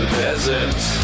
peasants